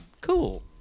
cool